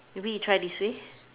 maybe you try this way